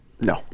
No